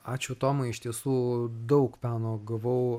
ačiū tomai iš tiesų daug peno gavau